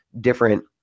different